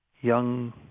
young